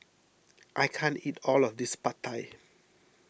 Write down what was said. I can't eat all of this Pad Thai